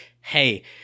hey